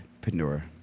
Pandora